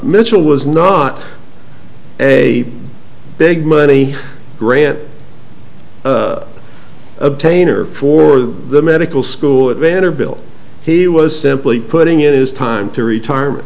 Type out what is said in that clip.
mitchell was not a big money grant obtain or for the medical school at vanderbilt he was simply putting it is time to retirement